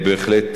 בהחלט,